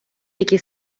який